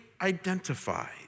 identified